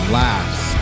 laughs